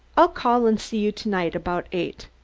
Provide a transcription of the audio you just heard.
i'll call and see you to-night about eight.